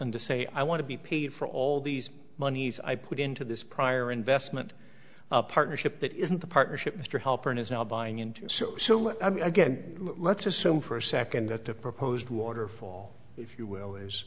to say i want to be paid for all these monies i put into this prior investment partnership that isn't the partnership mr helper and is now buying into so so let me again let's assume for a second that the proposed waterfall if you will is